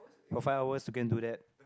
for five hours you can do that